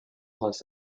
los